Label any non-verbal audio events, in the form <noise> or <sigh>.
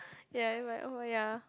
ya <noise> ya